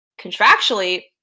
contractually